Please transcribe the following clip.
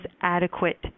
adequate